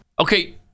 Okay